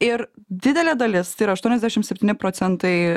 ir didelė dalis tai yra aštuoniasdešimt septyni procentai